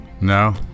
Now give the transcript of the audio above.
No